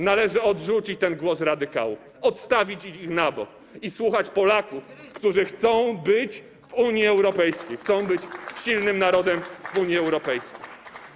Należy odrzucić ten głos radykałów, odstawić ich na bok i słuchać Polaków, którzy chcą być w Unii Europejskiej, chcą być silnym narodem w Unii Europejskiej.